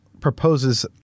proposes